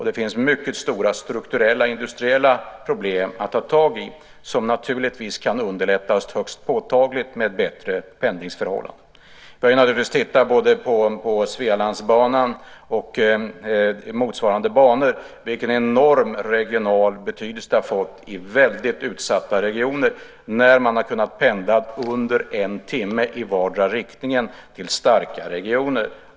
Det finns också mycket stora strukturella industriella problem att ta tag i, något som naturligtvis kan underlättas högst påtagligt med bättre pendlingsförhållanden. Vi har ju naturligtvis tittat på både Svealandsbanan och motsvarande banor och vilken enorm regional betydelse det har fått i väldigt utsatta regioner när man har kunnat pendla på under en timme i vardera riktningen till starka regioner.